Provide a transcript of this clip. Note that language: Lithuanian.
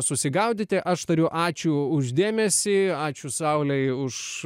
susigaudyti aš tariu ačiū už dėmesį ačiū saulei už